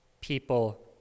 people